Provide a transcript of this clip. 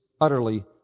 utterly